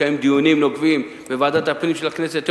לקיים דיונים נוקבים בוועדת הפנים של הכנסת,